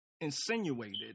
insinuated